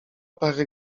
parę